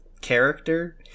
character